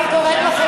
אני קוראת לכם,